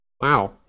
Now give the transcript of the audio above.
Wow